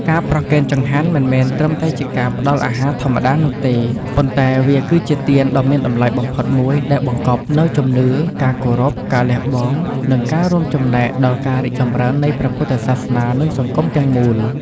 ការប្រគេនចង្ហាន់មិនមែនត្រឹមតែជាការផ្តល់អាហារធម្មតានោះទេ ប៉ុន្តែវាគឺជា ទានដ៏មានតម្លៃបំផុតមួយ ដែលបង្កប់នូវជំនឿ ការគោរព ការលះបង់ និងការរួមចំណែកដល់ការរីកចម្រើននៃព្រះពុទ្ធសាសនា និងសង្គមទាំងមូល។